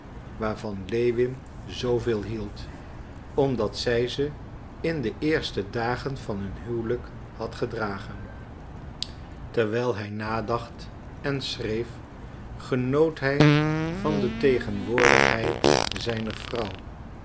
waarvan lewin zooveel hield omdat zij ze in de eerste dagen van hun huwelijk had gedragen terwijl hij nadacht en schreef genoot hij van de tegenwoordigheid zijner vrouw